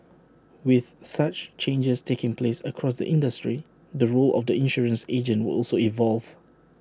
with such changes taking place across the industry the role of the insurance agent will also evolve